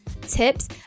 tips